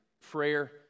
prayer